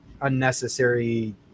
unnecessary